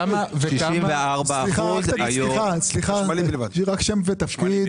94% היו --- סליחה, רק שם ותפקיד.